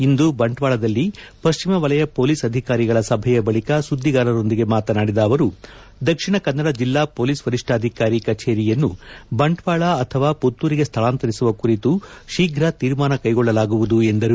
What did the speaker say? ಇಂದು ಬಂಟ್ವಾಳದಲ್ಲಿ ಪಶ್ಚಿಮ ವಲಯ ಪೊಲೀಸ್ ಅಧಿಕಾರಿಗಳ ಸಭೆಯ ಬಳಿಕ ಸುದ್ದಿಗಾರರೊಂದಿಗೆ ಮಾತನಾಡಿದ ಅವರು ದಕ್ಷಿಣ ಕನ್ನಡ ಜಿಲ್ಲಾ ಪೊಲೀಸ್ ವರಿಷ್ಠಾಧಿಕಾರಿ ಕಚೇರಿಯನ್ನು ಬಂಟ್ವಾಳ ಅಥವಾ ಪುತ್ತೂರಿಗೆ ಸ್ಥಳಾಂತರಿಸುವ ಕುರಿತು ಶೀಫ್ರ ತೀರ್ಮಾನ ಕೈಗೊಳ್ಳಲಾಗುವುದು ಎಂದರು